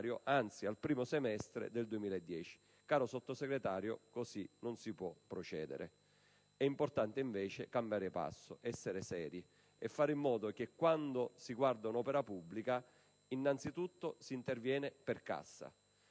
di anticipare al primo semestre 2010. Caro Sottosegretario, così non si può procedere. E' importante invece cambiare passo, essere seri e fare in modo che quando si guarda un'opera pubblica innanzitutto si interviene per cassa;